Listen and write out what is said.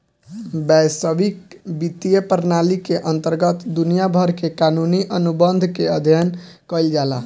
बैसविक बित्तीय प्रनाली के अंतरगत दुनिया भर के कानूनी अनुबंध के अध्ययन कईल जाला